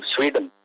Sweden